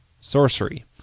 Sorcery